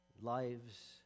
lives